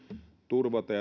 turvata